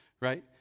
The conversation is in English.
right